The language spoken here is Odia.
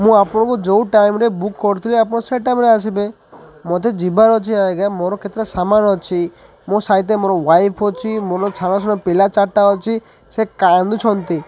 ମୁଁ ଆପଣଙ୍କୁ ଯେଉଁ ଟାଇମ୍ରେେ ବୁକ୍ କରିଥିଲି ଆପଣ ସେ ଟାଇମ୍ରେେ ଆସିବେ ମୋତେ ଯିବାର ଅଛି ଆଜ୍ଞା ମୋର କେତେଟା ସାମାନ ଅଛି ମୋ ସାହିତ ମୋର ୱାଇଫ୍ ଅଛି ମୋର ଛାନ ଛାନ ପିଲା ଚାରିଟା ଅଛି ସେ କାନ୍ଦୁଛନ୍ତି